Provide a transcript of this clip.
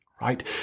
right